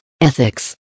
ethics